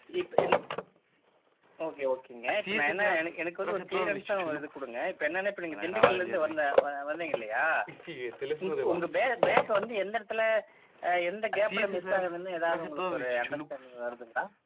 இப்போ இந்த ஓகே ஓகேங்க இப்போ நான் என்ன எனக்கு எனக்கு வந்து ஒரு கிளியரன்ஸா இது கொடுங்க இப்போ என்னென்னா இப்போ நீங்கள் திண்டுக்கல்லேருந்து வந்த வந்தீங்க இல்லையா உங்கள் உங்கள் பேக்கை வந்து எந்த இடத்துல எந்த கேப்பில் மிஸ் ஆகுதுன்னு எதாவது உங்களுக்கு ஒரு அண்டர்ஸ்டாண்டிங் வருதுங்களா